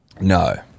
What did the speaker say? No